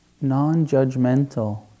non-judgmental